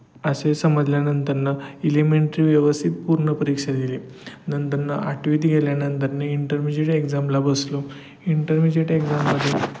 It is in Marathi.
असे समजल्यानंतर नं इलिमेंटरी व्यवस्थित पूर्ण परीक्षा दिली नंतर न आठवीत गेल्यानंतर ने इंटरमिजिएट एक्झामला बसलो इंटरमिजिएट एक्झाममध्ये